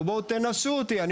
ובואו תנסו אותי.